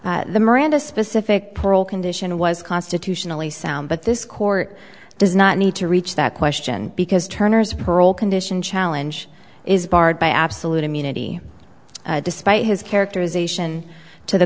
honor the miranda specific condition was constitutionally sound but this court does not need to reach that question because turner's parole condition challenge is barred by absolute immunity despite his characterization to the